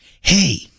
Hey